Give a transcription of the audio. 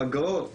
האגרות